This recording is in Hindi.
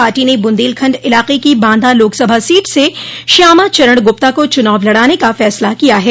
पार्टी ने बुन्देलखण्ड इलाके की बांदा लोकसभा सीट से श्यामाचरण गुप्ता को चुनाव लड़ाने का फैसला किया है